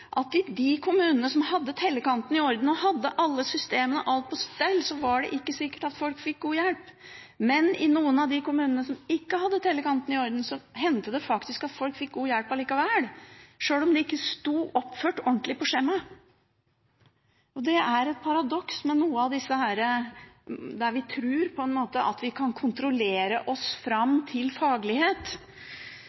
at i de kommunene som hadde tellekantene i orden – hadde alle systemene og alt på stell – var det ikke sikkert at folk fikk god hjelp. Men i noen av de kommunene som ikke hadde tellekantene i orden, hendte det at folk allikevel fikk god hjelp, sjøl om det ikke sto oppført ordentlig på skjemaet. Det er et paradoks ved noe av dette, at vi på en måte tror at vi kan kontrollere oss fram